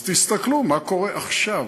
אז תסתכלו מה קורה עכשיו,